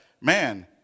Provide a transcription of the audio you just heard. man